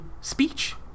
speech